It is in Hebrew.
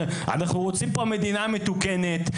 אנחנו רוצים פה מדינה מתוקנת.